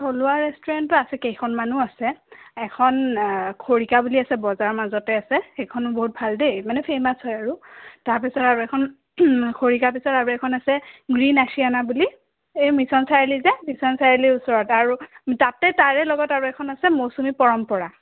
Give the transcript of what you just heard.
থলুৱা ৰেষ্টুৰেন্টতো আছে কেইখন মানো আছে এখন খৰিকা বুলি আছে বজাৰৰ মাজতে আছে সেইখনো বহুত ভাল দেই মানে ফেমাচ হয় আৰু তাৰপিছত আৰু এখন খৰিকাৰ পিছত আৰু এখন আছে গ্ৰীন আচিয়ানা বুলি এই মিছন চাৰিআলি যে মিছন চাৰিআলিৰ ওচৰত আৰু তাতে তাৰে লগত আৰু এখন আছে মৌচুমী পৰম্পৰা